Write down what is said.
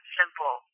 simple